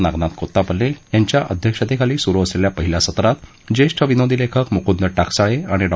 नागनाथ कोत्तापल्ले यांच्या अध्यक्षतेखाली सुरू असलेल्या पहिल्या सत्रात ज्येष्ठ विनोदी लेखक मुक्द टाकसाळे आणि डॉ